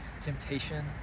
temptation